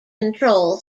control